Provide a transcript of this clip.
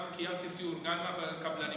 קיימתי סיור גם עם הקבלנים,